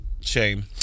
shame